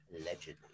Allegedly